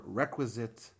requisite